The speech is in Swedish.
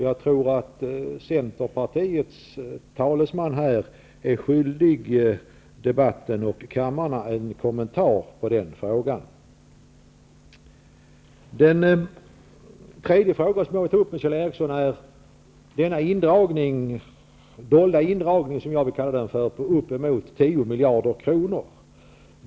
Jag tror att Centerpartiets talesman i denna fråga är skyldig kammaren en kommentar till den frågan. En tredje fråga som jag vill ta upp med Kjell Ericsson gäller den vad jag vill kalla ''dolda'' indragningen på uppemot 10 miljarder kronor.